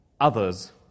others